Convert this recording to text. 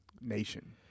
nation